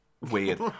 Weird